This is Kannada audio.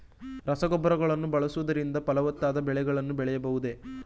ರಸಗೊಬ್ಬರಗಳನ್ನು ಬಳಸುವುದರಿಂದ ಫಲವತ್ತಾದ ಬೆಳೆಗಳನ್ನು ಬೆಳೆಯಬಹುದೇ?